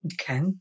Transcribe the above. Okay